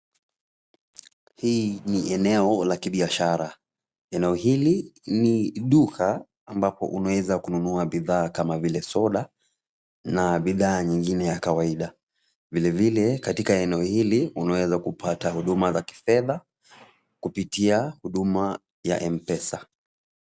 Hii ni eneo la kibiashara, eneo hili ni duka ambapo unaweza kununua bidhaa kama vile soda na bidhaa nyingine ya kawaida, vilevile katika eneo hili unaweza kupata huduma za kifedha kupitia huduma ya M-Pesa.